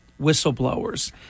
whistleblowers